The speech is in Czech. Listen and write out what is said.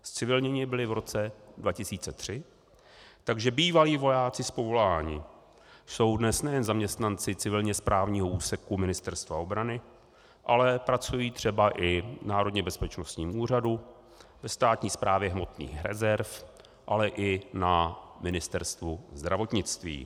Zcivilněni byli v roce 2003, takže bývalí vojáci z povolání jsou dnes nejen zaměstnanci civilněsprávního úseku Ministerstva obrany, ale pracují třeba i v Národním bezpečnostním úřadu, ve Státní správě hmotných rezerv, ale i na Ministerstvu zdravotnictví.